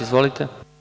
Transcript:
Izvolite.